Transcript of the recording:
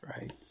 Right